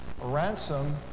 ransom